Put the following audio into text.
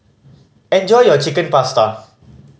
enjoy your Chicken Pasta